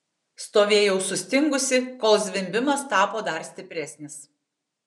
stovėjau sustingusi kol zvimbimas tapo dar stipresnis